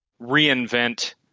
reinvent